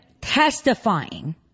testifying